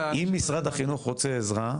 אם משרד החינוך רוצה עזרה,